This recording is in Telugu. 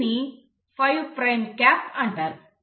దీనిని 5 ప్రైమ్ క్యాప్ అంటారు